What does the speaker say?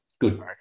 Good